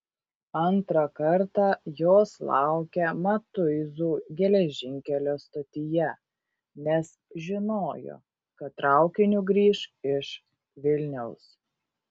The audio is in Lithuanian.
antrą kartą jos laukė matuizų geležinkelio stotyje nes žinojo kad traukiniu grįš iš vilniaus